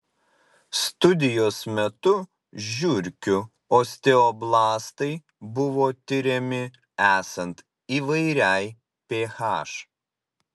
studijos metu žiurkių osteoblastai buvo tiriami esant įvairiai ph